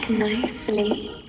Nicely